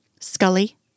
Scully